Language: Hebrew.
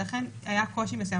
ולכן היה קושי מסוים.